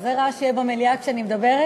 כזה רעש יהיה במליאה כשאני מדברת,